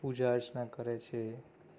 પૂજા અર્ચના કરે છે એ